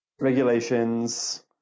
Regulations